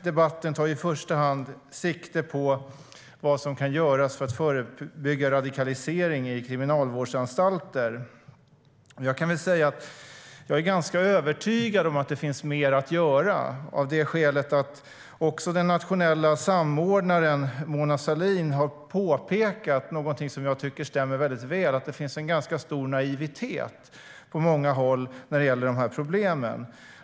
Debatten tar i första hand sikte på vad som kan göras för att förebygga radikalisering i kriminalvårdsanstalter. Jag kan säga att jag är övertygad om att det finns mer att göra, av det skälet att också den nationella samordnaren Mona Sahlin har påpekat något som jag tycker stämmer väl, nämligen att det finns en stor naivitet på många håll om problemen.